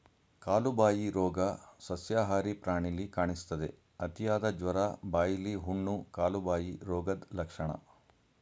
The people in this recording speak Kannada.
ಕಾಲುಬಾಯಿ ರೋಗ ಸಸ್ಯಾಹಾರಿ ಪ್ರಾಣಿಲಿ ಕಾಣಿಸ್ತದೆ, ಅತಿಯಾದ ಜ್ವರ, ಬಾಯಿಲಿ ಹುಣ್ಣು, ಕಾಲುಬಾಯಿ ರೋಗದ್ ಲಕ್ಷಣ